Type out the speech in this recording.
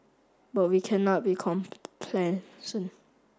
but we cannot be